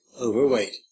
overweight